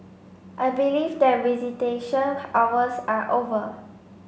I believe that visitation hours are over